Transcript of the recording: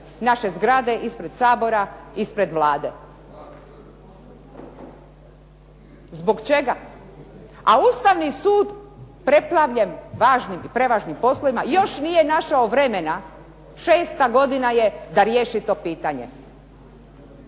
naše zgrade, ispred Sabora, ispred Vlade. Zbog čega? A Ustavni sud preplavljenim važnim i prevažnim poslovima još nije našao vremena, šesta godina je, da riješi to pitanje.